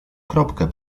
kropkę